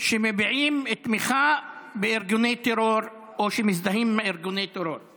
שמביעים תמיכה בארגוני טרור או שמזדהים עם ארגוני טרור.